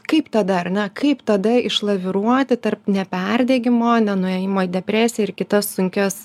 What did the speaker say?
kaip tada ar ne kaip tada išlaviruoti tarp neperdegimo nenuėmimo į depresiją ir kitas sunkias